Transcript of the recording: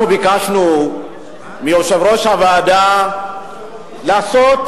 אנחנו ביקשנו מיושב-ראש הוועדה לעשות